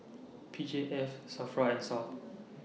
P J F SAFRA and Sal